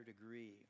degree